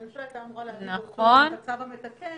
הממשלה הייתה אמורה להביא את הצו המתקן,